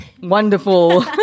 Wonderful